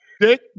Dick